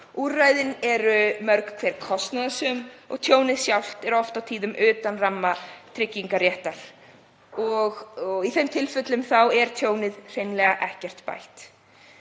Úrræðin eru mörg hver kostnaðarsöm og tjónið sjálft oft og tíðum utan ramma tryggingarréttar og í þeim tilfellum er tjónið hreinlega ekkert bætt.